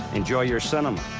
enjoy your cinema,